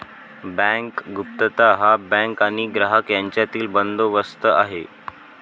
bank गुप्तता हा bank आणि ग्राहक यांच्यातील बंदोबस्त आहे